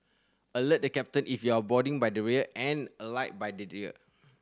alert the captain if you're boarding by the rear and alight by the rear